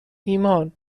ایمان